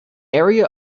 area